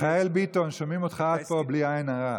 מיכאל ביטון, שומעים אותך עד פה, בלי עין רעה.